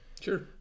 Sure